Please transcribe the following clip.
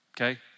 Okay